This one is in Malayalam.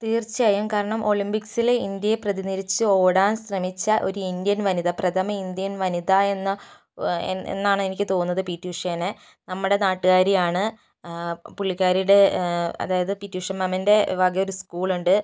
തീർച്ചയായും കാരണം ഒളിമ്പിക്സിലെ ഇന്ത്യയെ പ്രതിനിധീകരിച്ച് ഓടാൻ ശ്രമിച്ച ഒരു ഇന്ത്യൻ വനിത പ്രഥമ ഇന്ത്യൻ വനിത എന്ന എന്നാണ് എനിക്ക് തോന്നുന്നത് പിടി ഉഷേനെ നമ്മുടെ നാട്ടുകാരിയാണ് പുള്ളിക്കാരിയുടെ അതായത് പിടി ഉഷ മാമിൻ്റെ വക ഒരു സ്കൂളുണ്ട്